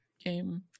Game